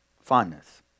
Fondness